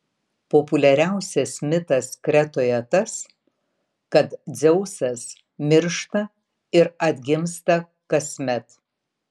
populiariausias mitas kretoje tas kad dzeusas miršta ir atgimsta kasmet